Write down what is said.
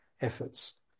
efforts